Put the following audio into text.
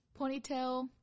Ponytail